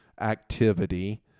activity